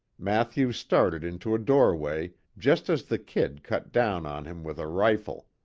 mathews started into a doorway, just as the kid cut down on him with a rifle.